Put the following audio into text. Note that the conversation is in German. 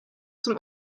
zum